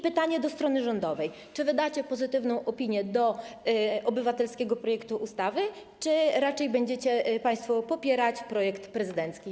Pytanie do strony rządowej: Czy wydacie pozytywną opinię na temat obywatelskiego projektu ustawy, czy raczej będziecie państwo popierać projekt prezydencki?